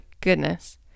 goodness